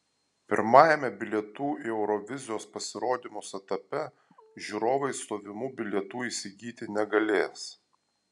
pirmajame bilietų į eurovizijos pasirodymus etape žiūrovai stovimų bilietų įsigyti negalės